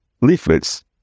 leaflets